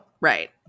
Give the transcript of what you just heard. Right